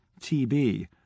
TB